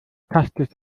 tastet